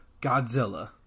Godzilla